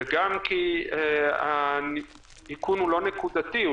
וגם כי האיכון לא נקודתי,